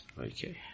Okay